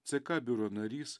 ck biuro narys